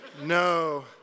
No